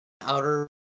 outer